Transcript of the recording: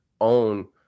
own